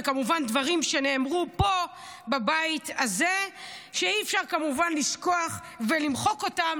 וכמובן דברים שנאמרו בבית הזה שאי-אפשר לשכוח ולמחוק אותם,